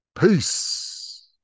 Peace